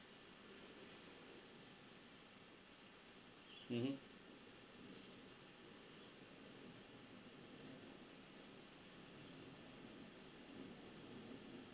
mmhmm